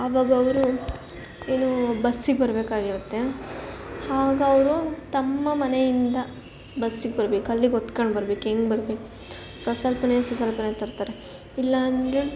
ಅವಾಗ ಅವರು ಏನು ಬಸ್ಸಿಗೆ ಬರಬೇಕಾಗಿರುತ್ತೆ ಆವಾಗ ಅವರು ತಮ್ಮ ಮನೆಯಿಂದ ಬಸ್ಸಿಗೆ ಬರ್ಬೇಕು ಅಲ್ಲಿಗೆ ಹೊತ್ಕಂಡ್ ಬರ್ಬೇಕು ಹೆಂಗ್ ಬರ್ಬೇಕು ಸಸ್ವಲ್ಪನೇ ಸಸ್ವಲ್ಪನೇ ತರ್ತಾರೆ ಇಲ್ಲ ಅಂದರೆ